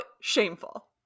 shameful